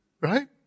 right